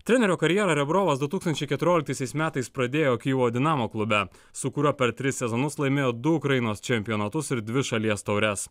trenerio karjerą rebrovas du tūkstančiai keturioliktaisiais metais pradėjo kijevo dinamo klube su kuriuo per tris sezonus laimėjo du ukrainos čempionatus ir dvi šalies taures